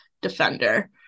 defender